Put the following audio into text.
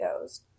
goes